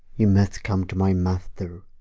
you must come to my mayster,